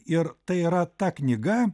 ir tai yra ta knyga